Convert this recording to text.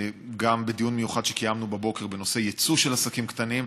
גם בדיון מיוחד שקיימנו בבוקר בנושא יצוא של עסקים קטנים.